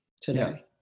today